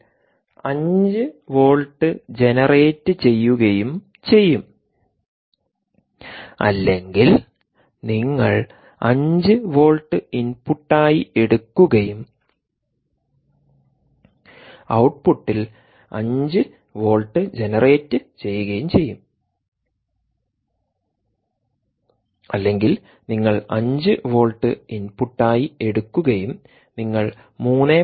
2 volt പോലുള്ള ഇൻപുട്ടായി എടുക്കുകയും ഔട്ട്പുട്ടിൽ 5 വോൾട്ട് ജനറേറ്റ് ചെയ്യുകയും ചെയ്യും അല്ലെങ്കിൽ നിങ്ങൾ 5 വോൾട്ട് ഇൻപുട്ടായി എടുക്കുകയും നിങ്ങൾ 3